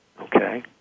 Okay